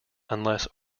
unless